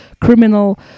criminal